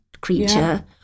creature